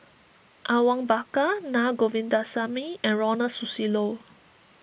Awang Bakar Naa Govindasamy and Ronald Susilo